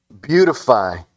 beautify